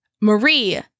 Marie